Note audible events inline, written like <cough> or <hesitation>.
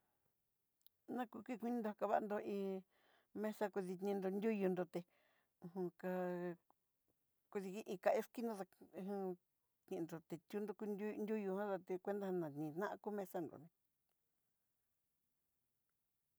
Na kuki kuin dakavando hí, mesa kudikinró nruyu nroté, uj <hesitation> ká kudiki ká esquina dakú kendo chí tiundó konrú nruyú jadaté cuenta naniná'a ku mesa nroné.